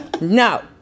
no